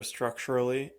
structurally